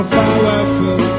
powerful